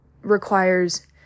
requires